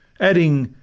adding,